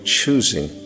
choosing